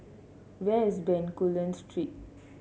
where is Bencoolen Street